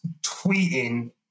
tweeting